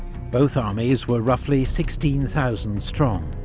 both armies were roughly sixteen thousand strong.